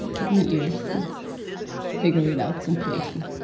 it took me years to figure it out completely.